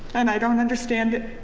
and i don't understand it,